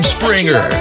Springer